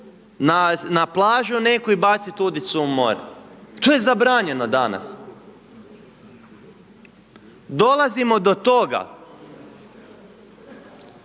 na plažu neku i bacit udicu u more. To je zabranjeno danas. Dolazimo do toga